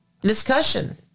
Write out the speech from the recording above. discussion